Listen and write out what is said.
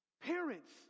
Parents